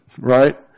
right